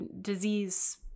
disease